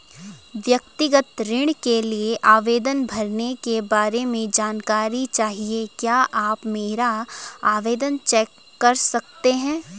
व्यक्तिगत ऋण के लिए आवेदन भरने के बारे में जानकारी चाहिए क्या आप मेरा आवेदन चेक कर सकते हैं?